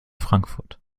frankfurt